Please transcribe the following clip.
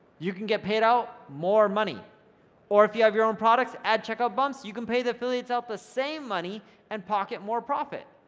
you can get paid out more money or if you have your own products, add checkout bumps, you can pay the affiliates out the same money and pocket more profit.